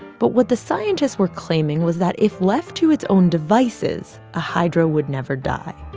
but what the scientists were claiming was that if left to its own devices, a hydra would never die.